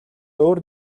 өөр